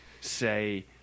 say